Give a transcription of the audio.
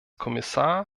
kommissar